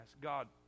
God